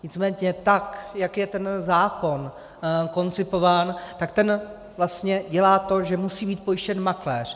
Nicméně tak jak je ten zákon koncipován, tak ten vlastně dělá to, že musí být pojištěn makléř.